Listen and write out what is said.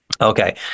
Okay